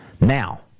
Now